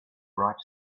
bright